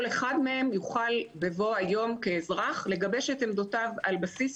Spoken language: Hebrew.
כל אחד מהם יוכל בבוא היום כאזרח לגבש את עמדותיו על בסיס